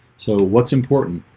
so what's important?